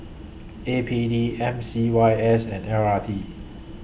A P D M C Y S and L R T